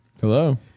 Hello